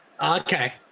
Okay